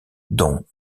dont